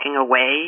away